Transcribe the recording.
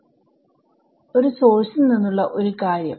വിദ്യാർത്ഥി ഒരു സോഴ്സ് ൽ നിന്നുള്ള ഒരു കാര്യം